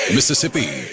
Mississippi